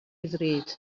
ddrud